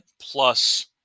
plus